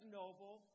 noble